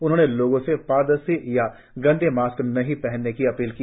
उन्होंने लोगों से पारदर्शी या गंदे मास्क नहीं पहनने की अपील की